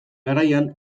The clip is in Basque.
garaian